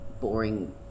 boring